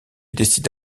décide